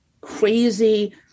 crazy